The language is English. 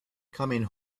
coming